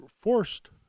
forced